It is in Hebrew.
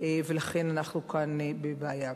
ולכן אנחנו כאן בבעיה.